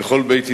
וכל בית ישראל,